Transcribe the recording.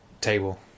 table